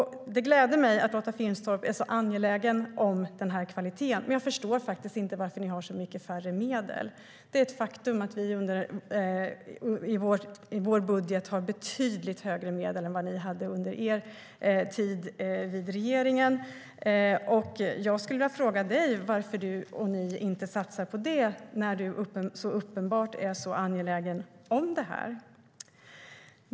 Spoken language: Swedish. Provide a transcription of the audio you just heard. Det gläder mig att Lotta Finstorp är så angelägen om kvaliteten, men jag förstår faktiskt inte varför hennes parti har så mycket mindre medel. Det är ett faktum att vi har betydligt större medel i vår budget än vad Moderaterna hade under sin tid i regeringen. Jag skulle vilja fråga Lotta Finstorp varför hennes parti inte satsar på detta när hon är så uppenbart angelägen om det.